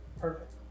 Perfect